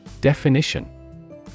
Definition